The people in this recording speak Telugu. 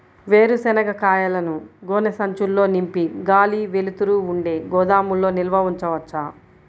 వేరుశనగ కాయలను గోనె సంచుల్లో నింపి గాలి, వెలుతురు ఉండే గోదాముల్లో నిల్వ ఉంచవచ్చా?